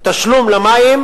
הודעת התשלום למים,